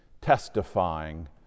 testifying